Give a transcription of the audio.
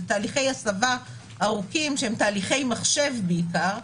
אלה תהליכי הסבה ארוכים, שהם תהליכי מחשב בעיקר.